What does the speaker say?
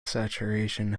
saturation